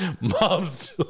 mom's